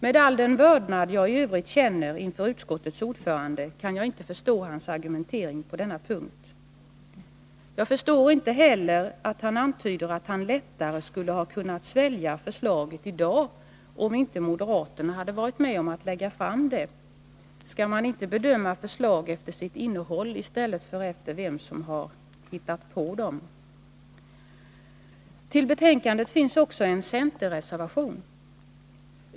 Med all den vördnad jag i övrigt känner för utskottets ordförande kan jag inte förstå hans argumentering på denna punkt. Jag förstår honom inte heller när han antyder att han lättare skulle ha kunnat svälja förslaget i dag om inte moderaterna hade varit med om att lägga fram det. Skall förslaget inte bedömas efter sitt innehåll? Vid betänkandet finns också fogad en centerreservation.